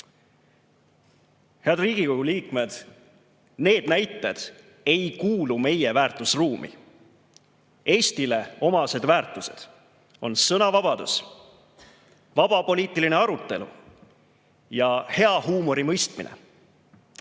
Head Riigikogu liikmed! Need näited ei kuulu meie väärtusruumi. Eestile omased väärtused on sõnavabadus, vaba poliitiline arutelu ja hea huumorimõistmine.